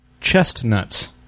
chestnuts